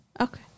Okay